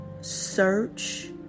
search